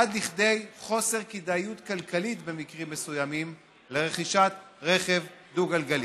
עד לכדי חוסר כדאיות כלכלית במקרים מסוימים לרכישת רכב דו-גלגלי.